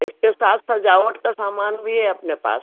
इसके साथ सजावट का सामान भी है अपने पास